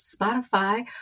Spotify